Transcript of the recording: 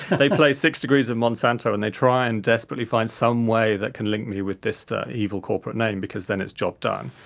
they play six degrees of monsanto and they try and desperately find some way that can link me with this evil corporate name because then it's job done,